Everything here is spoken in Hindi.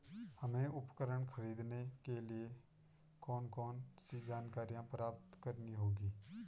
हमें उपकरण खरीदने के लिए कौन कौन सी जानकारियां प्राप्त करनी होगी?